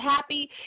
happy